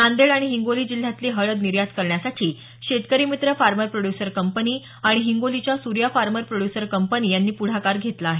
नांदेड आणि हिंगोली जिल्ह्यातली हळद निर्यात करण्यासाठी शेतकरी मित्र फार्मर प्रोड्य्सर कंपनी आणि हिंगोलीच्या सूर्या फार्मर प्रोड्य्सर कंपनी यांनी पुढाकार घेतला आहे